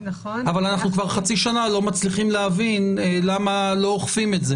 אבל אנחנו כבר חצי שנה לא מצליחים להבין למה לא אוכפים את זה.